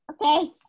Okay